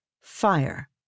fire